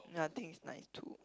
yeah I think it's nice too